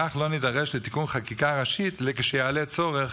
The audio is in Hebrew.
כך לא נידרש לתיקון חקיקה ראשית לכשיעלה צורך